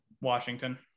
Washington